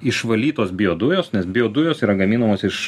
išvalytos biodujos nes biodujos yra gaminamos iš